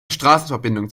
straßenverbindung